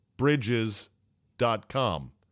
Bridges.com